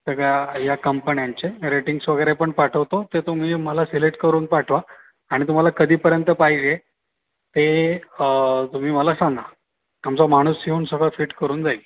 सगळ्या या कंपन्यांचे रेटिंग्स वगैरे पण पाठवतो ते तुम्ही मला सिलेक्ट करून पाठवा आणि तुम्हाला कधीपर्यंत पाहिजे ते तुम्ही मला सांगा आमचा माणूस येऊन सगळं फिट करून जाईल